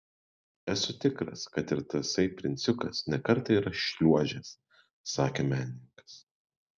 esu tikras kad ir tasai princiukas ne kartą yra šliuožęs sakė menininkas